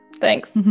thanks